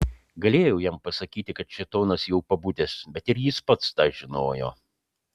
galėjau jam pasakyti kad šėtonas jau pabudęs bet ir jis pats tą žinojo